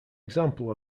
example